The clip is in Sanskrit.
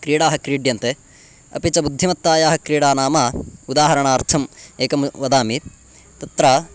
क्रीडाः क्रीड्यन्ते अपि च बुद्धिमत्तायाः क्रीडा नाम उदाहरणार्थम् एकं वदामि तत्र